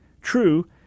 True